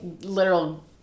literal